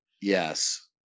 Yes